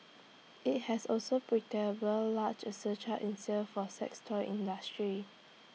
IT has also large A surcharge in sales for sex toy industry